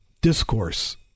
Discourse